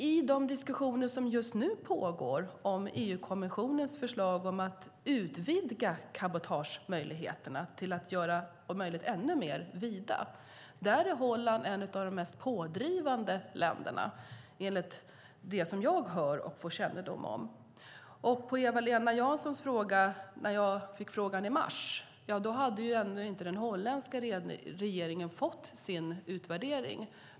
I de diskussioner som pågår om EU-kommissionens förslag att utvidga cabotagemöjligheterna är nämligen Holland, enligt min kännedom, ett av de mest pådrivande länderna. När Eva-Lena Jansson frågade mig i mars hade den holländska regeringen ännu inte fått sin utvärdering.